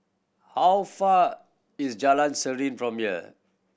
how far is Jalan Serene from here